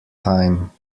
time